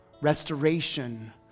restoration